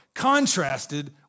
contrasted